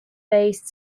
based